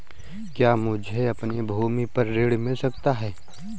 क्या मुझे अपनी भूमि पर ऋण मिल सकता है?